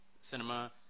cinema